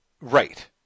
Right